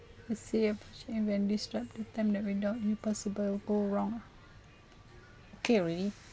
describe a time that without you possible go wrong okay already